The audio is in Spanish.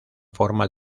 forma